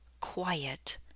quiet